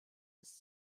ist